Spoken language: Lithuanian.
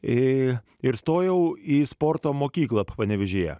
ir ir stojau į sporto mokyklą panevėžyje